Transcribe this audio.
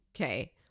Okay